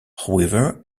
however